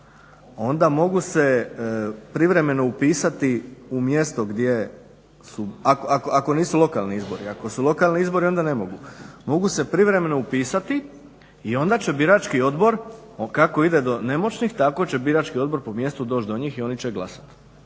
onda mogu se privremeno upisati u mjesto gdje su, ako nisu lokalni izbori, ako su lokalni izbori onda ne mogu, mogu se privremeno upisati i onda će birački odbor kako ide do nemoćnih tako će birački odbor po mjestu doći do njih i oni će glasati.